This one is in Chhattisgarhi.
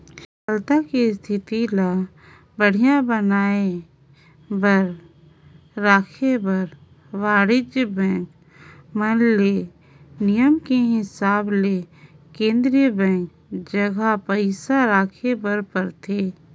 तरलता के इस्थिति ल बड़िहा बनाये बर राखे बर वाणिज्य बेंक मन ले नियम के हिसाब ले केन्द्रीय बेंक जघा पइसा राखे बर परथे